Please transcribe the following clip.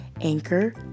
anchor